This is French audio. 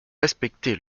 respecter